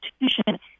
institution